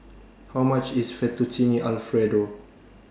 How much IS Fettuccine Alfredo